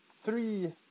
Three